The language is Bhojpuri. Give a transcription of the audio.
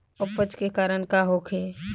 अपच के कारण का होखे?